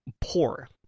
poor